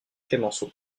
clemenceau